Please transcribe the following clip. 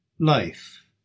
Life